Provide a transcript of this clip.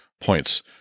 points